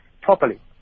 properly